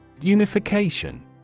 Unification